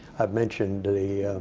i've mentioned the